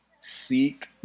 seek